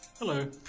Hello